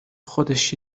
خودش